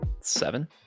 seven